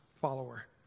follower